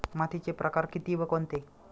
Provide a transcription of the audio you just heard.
मातीचे प्रकार किती व कोणते?